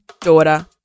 daughter